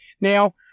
Now